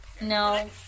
No